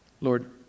Lord